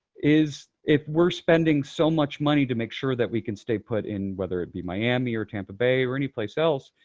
if we're spending so much money to make sure that we can stay put in, whether it be miami or tampa bay or any place else,